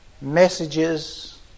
messages